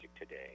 today